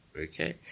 okay